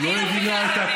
אני לא מבינה את הדיון?